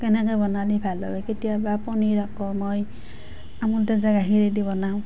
কেনেকে বনালে ভাল হয় কেতিয়াবা পনীৰ আকৌ মই আমূল তাজা গাখীৰেদি বনাওঁ